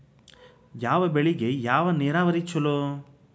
ಯಾವ ಬೆಳಿಗೆ ಯಾವ ನೇರಾವರಿ ಛಲೋ?